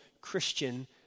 Christian